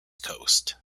coast